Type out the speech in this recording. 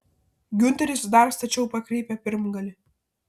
giunteris dar stačiau pakreipė pirmgalį